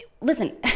listen